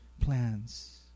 plans